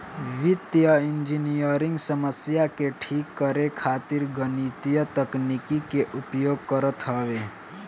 वित्तीय इंजनियरिंग समस्या के ठीक करे खातिर गणितीय तकनीकी के उपयोग करत हवे